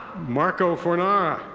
marco fornara.